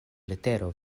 letero